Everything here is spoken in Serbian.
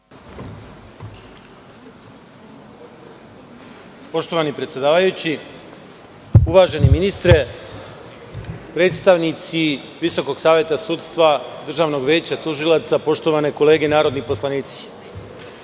Poštovani predsedavajući, uvaženi ministre, predstavnici Visokog saveta sudstva državnog veća tužilaca, poštovane kolege narodni poslanici,